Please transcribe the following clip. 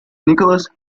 nicholas